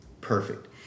perfect